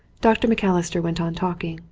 dr. macalister went on talking,